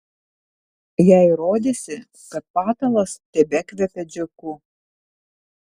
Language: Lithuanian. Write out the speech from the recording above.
jai rodėsi kad patalas tebekvepia džeku